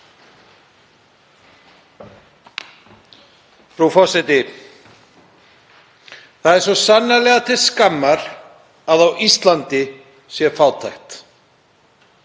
Frú forseti. Það er svo sannarlega til skammar að á Íslandi sé fátækt.